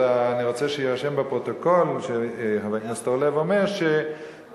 אז אני רוצה שיירשם בפרוטוקול שחבר הכנסת אורלב אומר שאנשים,